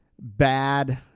bad